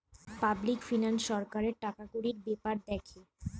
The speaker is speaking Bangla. পাবলিক ফিনান্স সরকারের টাকাকড়ির বেপার দ্যাখে